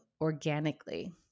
organically